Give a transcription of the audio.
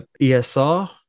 ESR